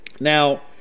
now